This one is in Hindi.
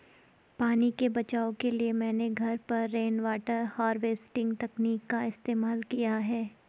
पानी के बचाव के लिए मैंने घर पर रेनवाटर हार्वेस्टिंग तकनीक का इस्तेमाल किया है